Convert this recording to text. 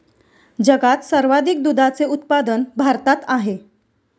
जगात सर्वाधिक दुधाचे उत्पादन भारतात आहे